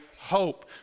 hope